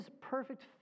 perfect